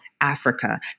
Africa